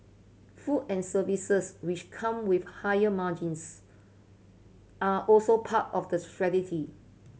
food and services which come with higher margins are also part of the strategy